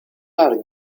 are